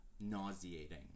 nauseating